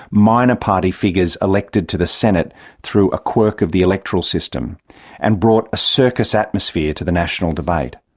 minor-party figures elected to the senate through a quirk of the electoral system and brought a circus atmosphere to the national debate.